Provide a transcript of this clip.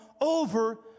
over